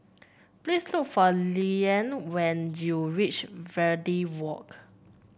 please look for Lilyan when you reach Verde Walk